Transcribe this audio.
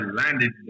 landed